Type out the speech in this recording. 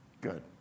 Good